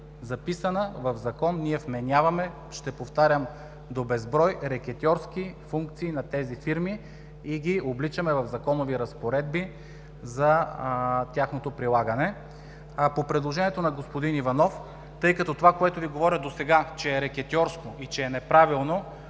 записана в Закон, ние вменяваме – ще повтарям до безброй, рекетьорски функции на тези фирми и ги обличаме в законови разпоредби за тяхното прилагане. По предложението на господин Иванов, тъй като това, което Ви говоря досега, че е рекетьорско и че е неправилно,